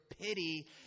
pity